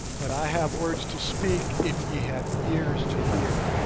but i have words to speak if ye have ears to hear.